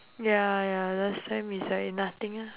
ya ya last time is like nothing lah